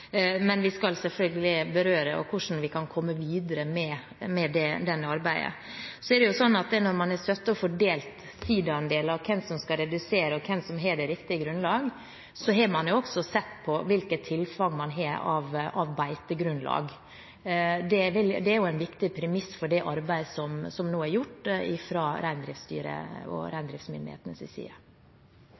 men vi skal selvfølgelig berøre hvordan vi skal komme videre med det arbeidet. Så er det sånn at når man har sittet og fordelt siidaandeler og sett på hvem som skal redusere, og hvem som har det riktige grunnlaget, har man også sett på hvilket tilfang man har av beitegrunnlag. Det er en viktig premiss for det arbeidet som nå er gjort fra Reindriftsstyrets og reindriftsmyndighetenes side.